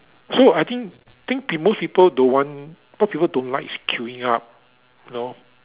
so I think think p~ most people don't want what people don't like is queuing up you know